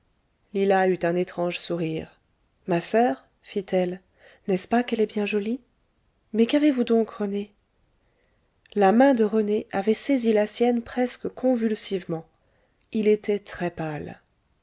lila eut un étrange sourire ma soeur fit-elle n'est ce pas qu'elle est bien jolie mais qu'avez-vous donc rené la main de rené avait saisi la sienne presque convulsivement il était très pâle